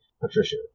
Patricia